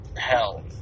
hell